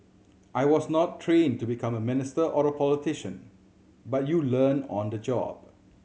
I was not trained to become a minister or a politician but you learn on the job